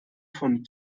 von